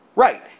Right